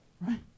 Right